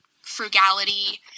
frugality